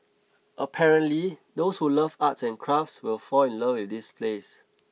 apparently those who love arts and crafts will fall in love with this place